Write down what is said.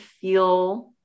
feel